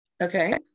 okay